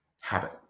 habit